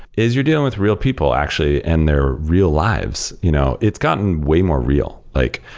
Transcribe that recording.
is you're dealing with real people actually and their real lives. you know it's gotten way more real like.